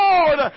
Lord